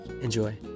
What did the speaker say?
enjoy